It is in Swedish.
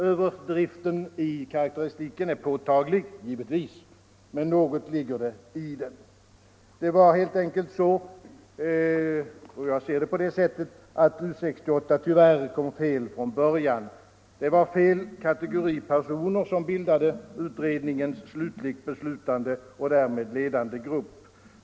Överdriften i karakteristiken är givetvis påtaglig, men något ligger det i den. Det var helt enkelt så, jag ser det på det sättet, att U 68 tyvärr kom fel från början. Det var fel kategori personer som bildade utredningens i sista hand beslutande och därmed ledande grupp.